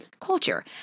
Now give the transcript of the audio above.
culture